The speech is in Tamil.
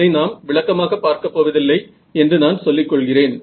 இதை நாம் விளக்கமாகப் பார்க்கப் போவதில்லை என்று நான் சொல்லிக் கொள்கிறேன்